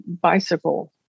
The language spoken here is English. bicycle